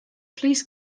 please